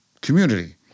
community